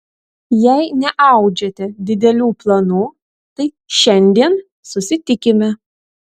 jei neaudžiate didelių planų tai šiandien susitikime